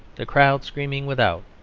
the crowd screaming without,